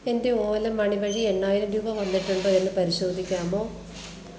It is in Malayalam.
എന്റെ ഓല മണി വഴി എണ്ണായിരം രൂപ വന്നിട്ടുണ്ടോ എന്ന് പരിശോധിക്കാമോ